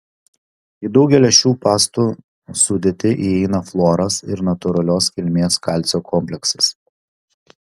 į daugelio šių pastų sudėtį įeina fluoras ir natūralios kilmės kalcio kompleksas